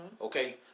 Okay